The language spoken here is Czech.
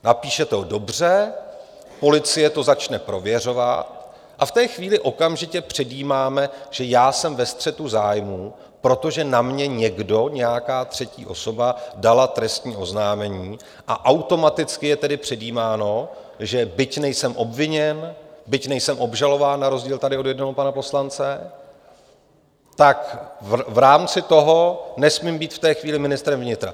Napíšete ho dobře, policie to začne prověřovat a v té chvíli okamžitě předjímáme, že já jsem ve střetu zájmů, protože na mě někdo, nějaká třetí osoba dala trestní oznámení, a automaticky je tedy předjímáno, že byť nejsem obviněn, byť nejsem obžalován na rozdíl tady od jednoho pana poslance, tak v rámci toho nesmím být v té chvíli ministrem vnitra.